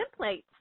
templates